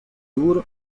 tour